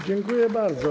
Dziękuję bardzo.